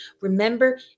remember